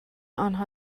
آنها